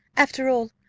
after all,